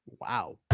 Wow